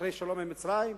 אחרי שלום עם מצרים,